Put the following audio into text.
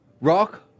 rock